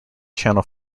channel